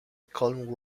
colin